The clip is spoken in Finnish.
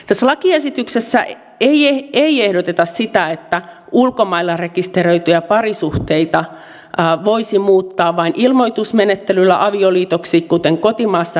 tässä lakiesityksessä ei ehdoteta sitä että ulkomailla rekisteröityjä parisuhteita voisi muuttaa vain ilmoitusmenettelyllä avioliitoksi kuten kotimaassa rekisteröityjä suhteita